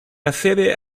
accede